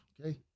Okay